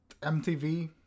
MTV